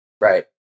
Right